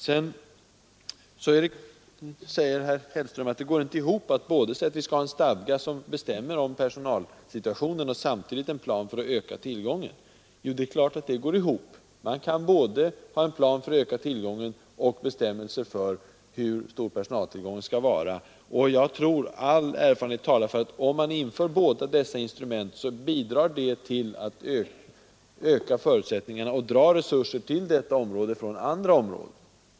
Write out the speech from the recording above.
Vidare säger herr Hellström att det inte går ihop att både ha en stadga som bestämmer om personalsituationen och en plan för att öka tillgången. Det är klart att det går ihop! All erfarenhet talar för att ett införande av båda dessa instrument bidrar till att dra resurser till detta område från andra områden.